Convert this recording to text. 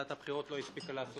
כולל אני,